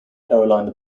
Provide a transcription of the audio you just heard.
carolina